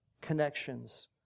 connections